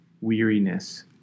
weariness